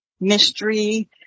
mystery